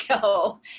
go